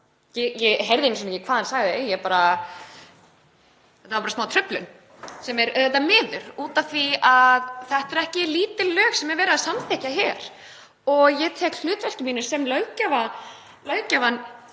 ég heyrði ekki einu sinni hvað hann sagði, þetta var bara smá truflun, sem er auðvitað miður út af því að þetta eru ekki lítil lög sem er verið að samþykkja hér. Ég tek hlutverki mínu sem löggjafa